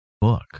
book